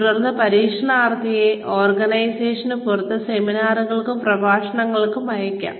തുടർന്ന് പരിശീലനാർത്ഥികളെ ഓർഗനൈസേഷന് പുറത്ത് സെമിനാറുകൾക്കും പ്രഭാഷണങ്ങൾക്കും അയക്കാം